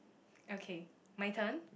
okay my turn